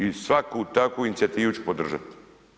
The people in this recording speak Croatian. I svaku takvu inicijativu ću podržati.